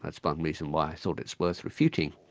that's one reason why i thought it's worth refuting,